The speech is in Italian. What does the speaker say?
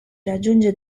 raggiunge